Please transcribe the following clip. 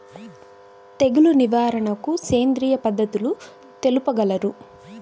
తెగులు నివారణకు సేంద్రియ పద్ధతులు తెలుపగలరు?